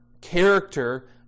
character